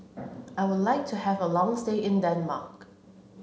I would like to have a long stay in Denmark